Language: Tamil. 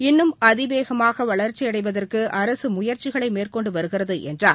இன்றும் அதிவேகமாகவளர்ச்சியடைவதற்கு அரசுமுயற்சிகளைமேற்கொண்டுவருகிறதுஎன்றார்